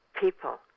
people